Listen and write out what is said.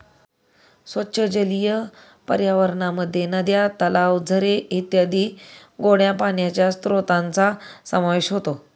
स्वच्छ जलीय पर्यावरणामध्ये नद्या, तलाव, झरे इत्यादी गोड्या पाण्याच्या स्त्रोतांचा समावेश होतो